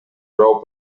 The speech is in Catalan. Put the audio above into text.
prou